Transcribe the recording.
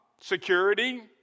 security